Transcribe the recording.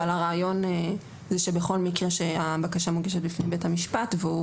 אבל הרעיון זה שבכל מקרה שהבקשה מוגשת בפני בית המשפט והוא